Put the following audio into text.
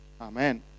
Amen